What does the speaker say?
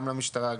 גם למשטרה,